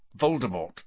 Voldemort